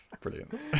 Brilliant